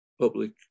public